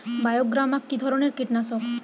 বায়োগ্রামা কিধরনের কীটনাশক?